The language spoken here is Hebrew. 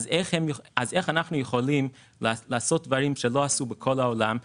איך אנחנו יכולים לעשות דברים שלא עשו בכל העולם?